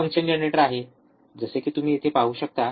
हे function generator आहे जसे कि तुम्ही येथे पाहू शकता